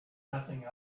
nothing